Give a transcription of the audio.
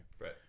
Right